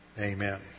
Amen